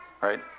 right